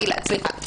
גלעד, אתה צודק,